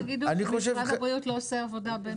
שלא תגידו שמשרד הבריאות לא עושה עבודה בין